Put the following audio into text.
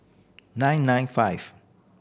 nine nine five